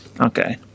Okay